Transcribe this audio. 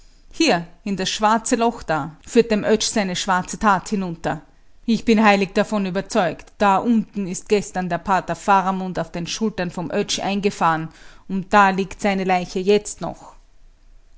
hier in das schwarze loch da führt dem oetsch seine schwarze tat hinunter ich bin heilig davon überzeugt da unten ist gestern der pater faramund auf den schultern vom oetsch eingefahren und da liegt seine leiche jetzt noch